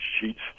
sheets